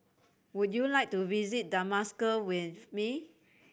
would you like to visit Damascus with me